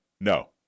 No